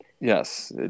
Yes